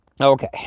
Okay